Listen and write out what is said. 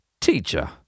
Teacher